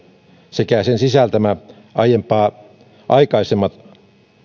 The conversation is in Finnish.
sekä sen sisältämät aiempaa